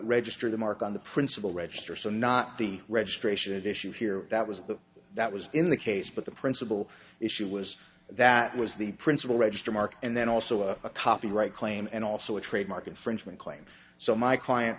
register the mark on the principle register so not the registration issue here that was the that was in the case but the principle issue was that was the principle register mark and then also a copyright claim and also a trademark infringement claim so my client